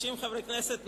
50 חברי כנסת,